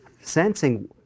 sensing